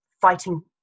fighting